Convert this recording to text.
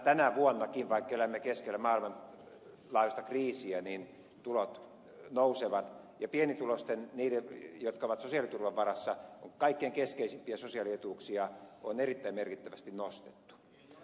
tänä vuonnakin vaikka elämme keskellä maailmanlaajuista kriisiä tulot nousevat ja pienituloisten niiden jotka ovat sosiaaliturvan varassa kaikkein keskeisimpiä sosiaalietuuksia on erittäin merkittävästi nostettu